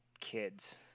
kids